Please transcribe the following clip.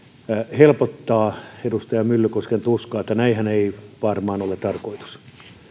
helpottaa edustaja myllykosken tuskaa että näinhän ei varmaan ole tarkoitus